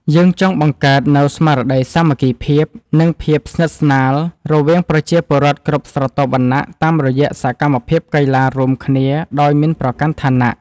យើងចង់បង្កើតនូវស្មារតីសាមគ្គីភាព និងភាពស្និទ្ធស្នាលរវាងប្រជាពលរដ្ឋគ្រប់ស្រទាប់វណ្ណៈតាមរយៈសកម្មភាពកីឡារួមគ្នាដោយមិនប្រកាន់ឋានៈ។